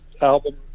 album